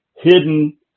hidden